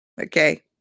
Okay